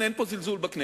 לכן, אין פה זלזול בכנסת,